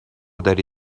داری